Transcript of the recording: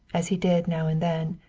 as he did now and then,